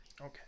Okay